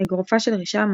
"אגרופה של רשעה",